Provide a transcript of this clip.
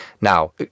Now